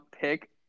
pick –